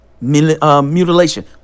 mutilation